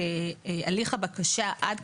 ד"ר רון תומר, נשיא התאחדות התעשיינים, בבקשה.